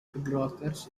blockers